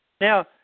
now